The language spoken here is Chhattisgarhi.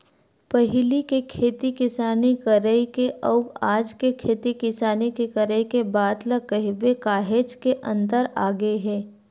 पहिली के खेती किसानी करई के अउ आज के खेती किसानी के करई के बात ल कहिबे काहेच के अंतर आगे हे